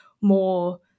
more